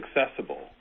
accessible